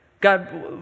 God